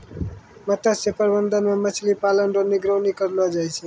मत्स्य प्रबंधन मे मछली पालन रो निगरानी करलो जाय छै